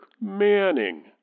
Manning